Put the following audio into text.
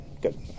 good